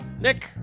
Nick